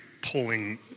pulling